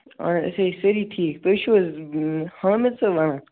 آ أسۍ حظ چھِ سٲری ٹھیٖک تُہۍ چھِو حظ حامِد صٲب ونان